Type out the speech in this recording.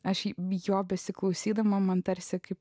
aš jo besiklausydama man tarsi kaip